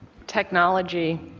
technology,